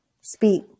speak